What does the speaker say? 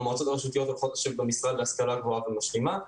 המועצות הרשותיות הולכות לשבת במשרד להשכלה גבוהה ומשלימה,